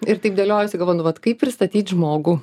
ir taip dėliojausi galvu nu vat kaip pristatyti žmogų